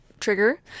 trigger